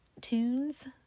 tunes